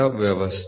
998 0